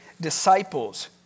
disciples